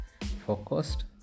focused